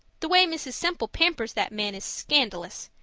the way mrs. semple pampers that man is scandalous.